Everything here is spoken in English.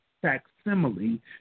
facsimile